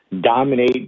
dominate